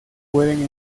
pueden